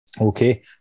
Okay